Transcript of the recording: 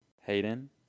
Hayden